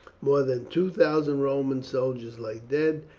more than two thousand roman soldiers lay dead,